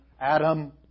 Adam